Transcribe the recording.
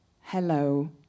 hello